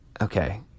Okay